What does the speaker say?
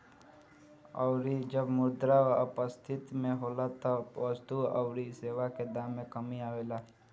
अउरी जब मुद्रा अपस्थिति में होला तब वस्तु अउरी सेवा के दाम में कमी आवेला